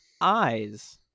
Eyes